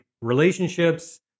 relationships